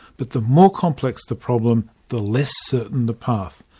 but the more complex the problem, the less certain the path.